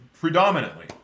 predominantly